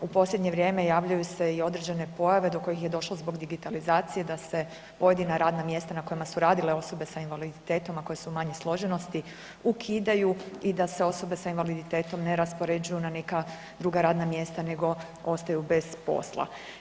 U posljednje vrijeme javljaju se i određene pojave do kojih je došlo zbog digitalizacije, da se pojedina radna mjesta na kojima su radile osobe s invaliditetom, a koje su manje složenosti, ukidaju, i da se osobe s invaliditetom ne raspoređuju na neka druga radna mjesta nego ostaju bez posla.